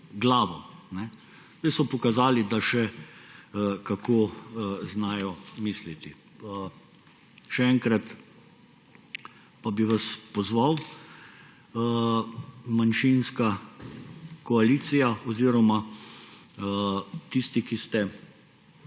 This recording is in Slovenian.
glavo. Zdaj so pokazali, da še kako znajo misliti. Še enkrat pa bi vas pozval, manjšinska koalicija, oziroma tisti, ki ste